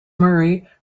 murray